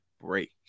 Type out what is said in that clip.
break